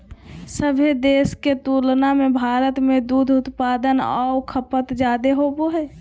सभे देश के तुलना में भारत में दूध उत्पादन आऊ खपत जादे होबो हइ